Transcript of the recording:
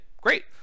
great